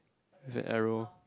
that arrow